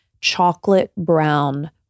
chocolate-brown